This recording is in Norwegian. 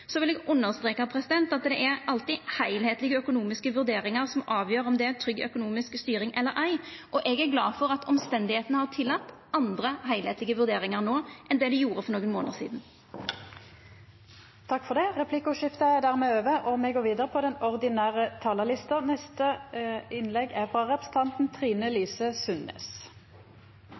Så vil eg understreka at det er alltid heilskaplege økonomiske vurderingar som avgjer om det er trygg økonomisk styring eller ei, og eg er glad for at omstenda har tillate andre heilskaplege vurderingar no enn det dei gjorde for nokre månader sidan. Replikkordskiftet er dermed over.